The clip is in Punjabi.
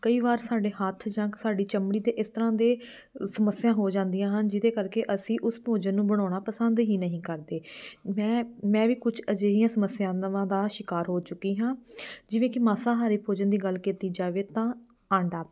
ਕਈ ਵਾਰ ਸਾਡੇ ਹੱਥ ਜਾਂ ਸਾਡੀ ਚਮੜੀ 'ਤੇ ਇਸ ਤਰ੍ਹਾਂ ਦੇ ਸਮੱਸਿਆ ਹੋ ਜਾਂਦੀਆਂ ਹਨ ਜਿਹਦੇ ਕਰਕੇ ਅਸੀਂ ਉਸ ਭੋਜਨ ਨੂੰ ਬਣਾਉਣਾ ਪਸੰਦ ਹੀ ਨਹੀਂ ਕਰਦੇ ਮੈਂ ਮੈਂ ਵੀ ਕੁਛ ਅਜਿਹੀਆਂ ਸਮੱਸਿਆਵਾਂ ਦਾ ਸ਼ਿਕਾਰ ਹੋ ਚੁੱਕੀ ਹਾਂ ਜਿਵੇਂ ਕਿ ਮਾਸਾਹਾਰੀ ਭੋਜਨ ਦੀ ਗੱਲ ਕੀਤੀ ਜਾਵੇ ਤਾਂ ਆਂਡਾ